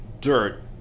dirt